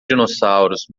dinossauros